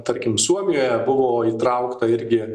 tarkim suomijoje buvo įtraukta irgi